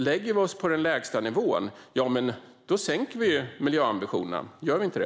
Lägger vi oss på den lägsta nivån sänker vi miljöambitionerna, gör vi inte?